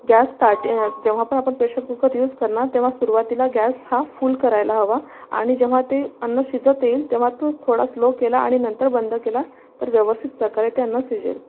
gas started जेव्हा पण आपण प्रेशर कुकर युस करणार तेव्हा सुरवातीला गॅस हा फुल करायला हवा आणि जेव्हा ते अन्न शिजवतील तेव्हा तो थोडा स्लो केला आणि नंतर बंद केला तर व्यवस्थित प्रकारे ते अन्न शिजेल